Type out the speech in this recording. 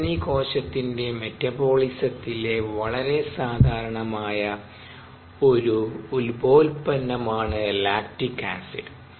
സസ്തനികോശത്തിന്റെ aമെറ്റബോളിസത്തിലെ വളരെ സാധാരണമായ ഒരു ഉപോൽപ്പന്നമാണ് ലാക്ടിക് ആസിഡ്